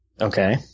Okay